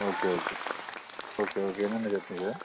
okay okay okay okay என்னென்ன சட்னி sir